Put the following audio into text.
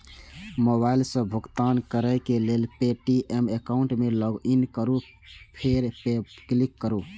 mobile सं भुगतान करै लेल पे.टी.एम एकाउंट मे लॉगइन करू फेर पे पर क्लिक करू